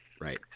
right